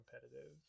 competitive